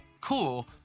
cool